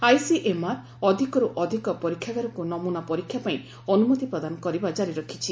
ICMR ଅଧିକର୍ତ ଅଧିକ ପରୀକ୍ଷାଗାରକୁ ନମ୍ରନା ପରୀକ୍ଷା ପାଇଁ ଅନ୍ଦମତି ପ୍ରଦାନ କରିବା ଜାରି ରଖିଛି